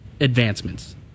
advancements